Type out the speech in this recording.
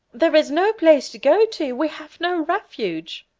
there is no place to go to we have no refuge!